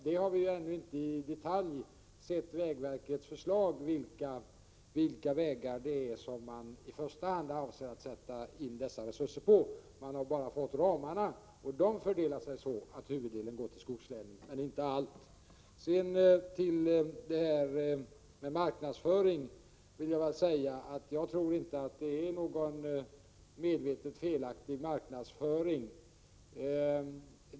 Vi har ännu inte sett vägverkets förslag i detalj när det gäller vilka vägar resurserna i första hand skall läggas på. Vi har bara sett ramarna, och de visar på en sådan fördelning att huvuddelen går till skogslänen. Vad sedan gäller marknadsföring, tror jag inte att det är fråga om en medvetet felaktig marknadsföring.